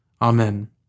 Amen